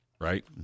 right